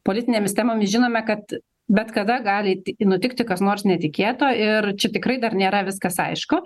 politinėmis temomis žinome kad bet kada gali nutikti kas nors netikėto ir čia tikrai dar nėra viskas aišku